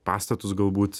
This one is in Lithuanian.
pastatus galbūt